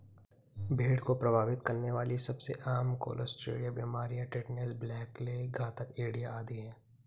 भेड़ को प्रभावित करने वाली सबसे आम क्लोस्ट्रीडिया बीमारियां टिटनेस, ब्लैक लेग, घातक एडिमा आदि है